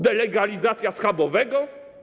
Delegalizacja schabowego?